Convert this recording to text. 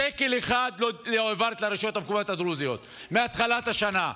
שקל אחד לא העברת לרשויות המקומיות הדרוזיות מהתחלת השנה.